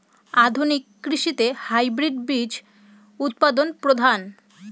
আধুনিক কৃষিতে হাইব্রিড বীজ উৎপাদন প্রধান